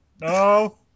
No